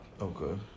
Okay